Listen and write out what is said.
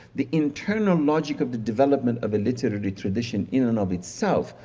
the internal logic of the development of the literary tradition in and of itself.